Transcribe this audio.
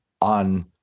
on